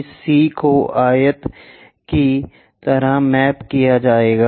इस C को आयत की तरह मैप किया जाएगा